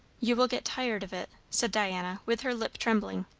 you will get tired of it, said diana, with her lip trembling.